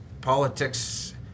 politics